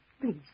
Please